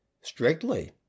Strictly